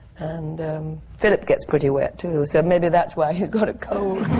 and philip gets pretty wet, too, so maybe that's why he's got a cold.